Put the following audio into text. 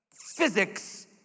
physics